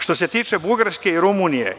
Što se tiče Bugarske i Rumunije.